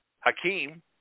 Hakeem